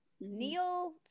Neil